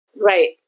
right